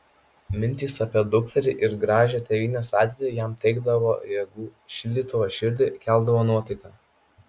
mintys apie dukterį ir gražią tėvynės ateitį jam teikdavo jėgų šildydavo širdį keldavo nuotaiką